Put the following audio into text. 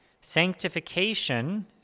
Sanctification